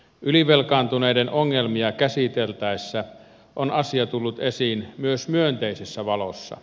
ylivelkaantuneiden ongelmia käsiteltäessä on asia tullut esiin myös myönteisessä valossa